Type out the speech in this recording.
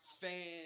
fans